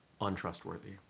untrustworthy